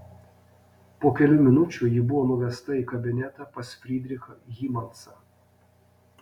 po kelių minučių ji buvo nuvesta į kabinetą pas frydrichą hymansą